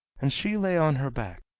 and she lay on her back,